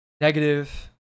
negative